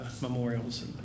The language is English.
memorials